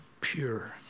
pure